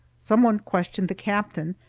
someone questioned the captain,